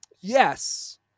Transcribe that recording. yes